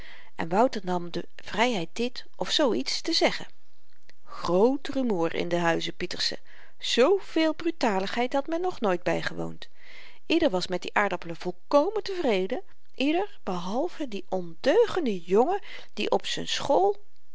en wouter nam de vryheid dit of zoo iets te zeggen groot rumoer in den huize pieterse zooveel brutaligheid had men nog nooit bygewoond ieder was met die aardappelen volkomen tevreden ieder behalve die ondeugende jongen die op z'n school